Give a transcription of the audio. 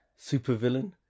supervillain